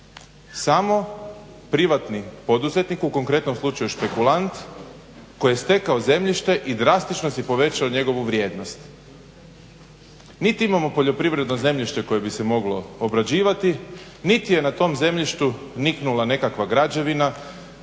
Samo privatni poduzetnik u konkretnom slučaju špekulant koji je stekao zemljište i drastično si povećao njegovu vrijednost. Niti imamo poljoprivredno zemljište koje bi se moglo obrađivati, niti je na tom zemljištu niknula nekakva građevina,